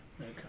Okay